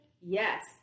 Yes